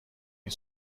این